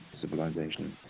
civilization